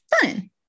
Fun